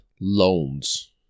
loans